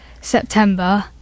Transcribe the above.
september